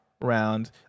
round